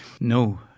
No